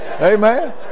Amen